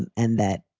and and that,